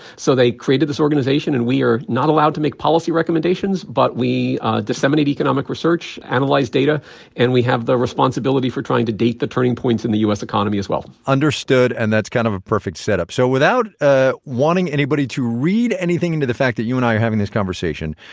so they created this organization. and we're not allowed to make policy recommendations, but we disseminate economic research, analyze data and we have the responsibility for trying to date the turning points in the u s. economy as well understood, and that's kind of a perfect setup. so without ah wanting anybody to read anything into the fact that you and i are having this conversation,